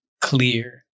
clear